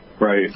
Right